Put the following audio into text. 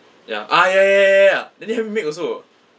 ya ah ya ya ya ya ya then they help you make also